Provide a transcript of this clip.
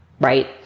right